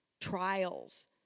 trials